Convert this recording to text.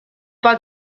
pas